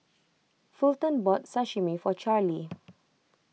Fulton bought Sashimi for Charlie